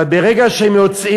אבל ברגע שהם יוצאים,